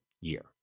year